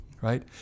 right